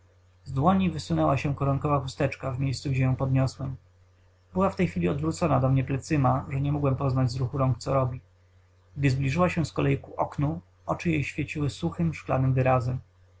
z dłoni wysunęła się koronkowa chusteczka w miejscu gdzie ją podniosłem była w tej chwili odwrócona do mnie plecyma że nie mogłem poznać z ruchu rąk co robi gdy zbliżyła się z kolei ku oknu oczy jej świeciły suchym szklanym wyrazem